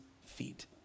feet